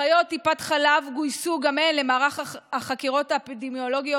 אחיות טיפת חלב גויסו גם הן למערך החקירות האפידמיולוגיות,